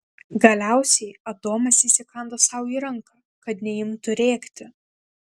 galiausiai adomas įsikando sau į ranką kad neimtų rėkti